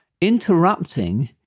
interrupting